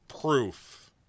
proof